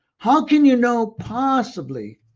how can you know possibly